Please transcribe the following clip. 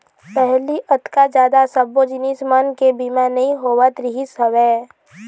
पहिली अतका जादा सब्बो जिनिस मन के बीमा नइ होवत रिहिस हवय